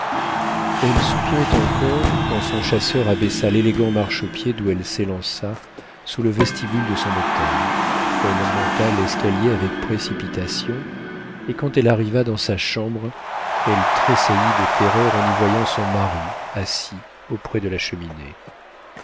elle soupirait encore quand son chasseur abaissa l'élégant marchepied d'où elle s'élança sous le vestibule de son hôtel elle monta l'escalier avec précipitation et quand elle arriva dans sa chambre elle tressaillit de terreur en y voyant son mari assis auprès de la cheminée